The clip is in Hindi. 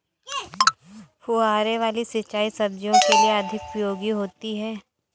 फुहारे वाली सिंचाई सब्जियों के लिए अधिक उपयोगी होती है?